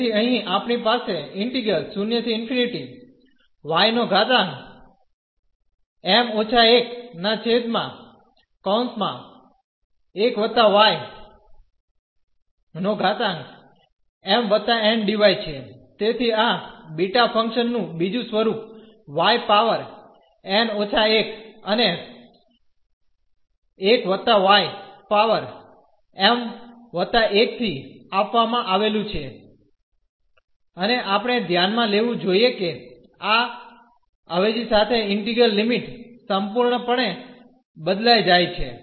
તેથી અહીં આપણી પાસે છે તેથીઆ બીટા ફંકશન નું બીજું સ્વરૂપ y પાવર n ઓછા 1 અને 1 વત્તા y પાવર m વત્તા 1 થી આપવામાં આવેલું છે અને આપણે ધ્યાનમાં લેવું જોઈએ કે આ અવેજી સાથે ઈન્ટિગ્રલ લિમિટ સંપૂર્ણપણે બદલાઈ જાય છે